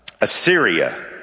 Assyria